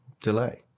delay